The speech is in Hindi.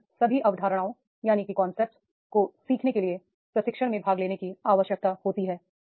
तो इन सभी कांसेप्ट को सीखने के लिए प्रशिक्षण में भाग लेने की आवश्यकता होती है